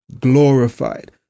glorified